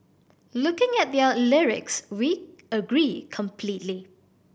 looking at their lyrics we agree completely